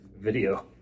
video